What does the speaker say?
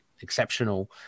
exceptional